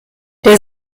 der